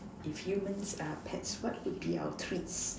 if humans are pets what would be our treats